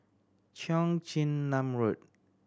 Cheong Chin Nam Road